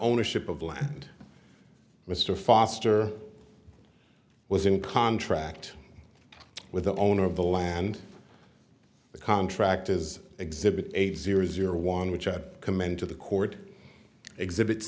ownership of land mr foster was in contract with the owner of the land the contract is exhibit eight zero zero one which i commend to the court exhibit